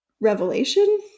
revelation